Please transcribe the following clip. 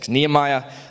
Nehemiah